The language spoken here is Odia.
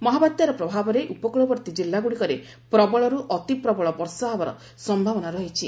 ମହାବାତ୍ୟାର ପ୍ରଭାବରେ ଉପକୃଳବର୍ତ୍ତୀ ଜିଲ୍ଲାଗୁଡ଼ିକରେ ପ୍ରବଳରୁ ଅତିପ୍ରବଳ ବର୍ଷା ହେବାର ସମ୍ଭାବନା ରହିଛି